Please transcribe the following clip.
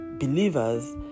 Believers